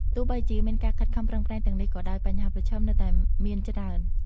ទោះបីជា មានការខិតខំប្រឹងប្រែងទាំងនេះក៏ដោយ បញ្ហាប្រឈមនៅតែមានច្រើន។